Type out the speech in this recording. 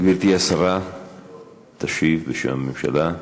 גברתי השרה תשיב בשם הממשלה,